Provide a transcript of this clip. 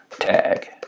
tag